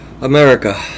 america